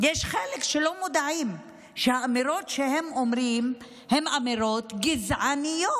יש חלק שלא מודעים שהאמירות שהם אומרים הן אמירות גזעניות.